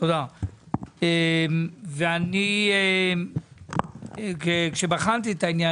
ואני כשבחנתי את העניין,